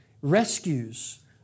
rescues